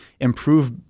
improve